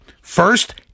First